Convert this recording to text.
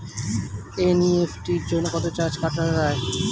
NEFT জন্য কত charge কাটা হয়?